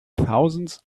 thousands